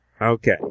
Okay